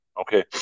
Okay